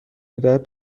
میدهد